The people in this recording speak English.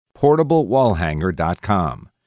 portablewallhanger.com